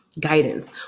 guidance